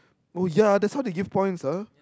oh ya that's how they give points ah